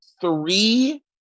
three